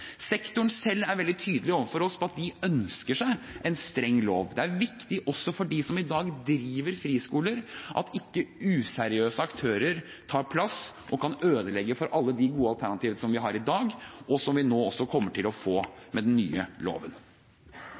Sektoren selv er veldig tydelig overfor oss på at de ønsker seg en streng lov. Det er viktig også for dem som i dag driver friskole, at ikke useriøse aktører tar plass og ødelegger for alle de gode alternativene som vi har i dag, og som vi nå også kommer til å få med den nye loven.